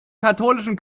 katholischen